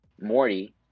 morty